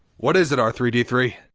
what is it, r three d three?